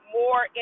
more